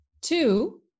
Two